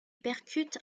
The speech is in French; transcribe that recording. percute